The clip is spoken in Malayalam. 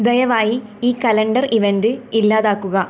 ദയവായി ഈ കലണ്ടർ ഇവൻ്റ് ഇല്ലാതാക്കുക